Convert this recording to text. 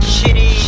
Shitty